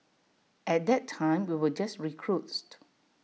at that time we were just recruits